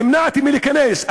נמנע ממני מלהיכנס.